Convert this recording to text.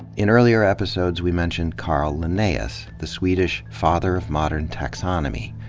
in earlier episodes, we mentioned carl linnaeus, the swedish father of modern taxonomy.